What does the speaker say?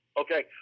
okay